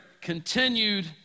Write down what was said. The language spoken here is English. continued